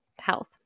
health